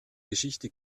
geschichte